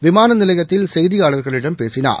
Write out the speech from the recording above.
விமான நிலையத்தில் செய்தியாளர்களிடம் பேசினார்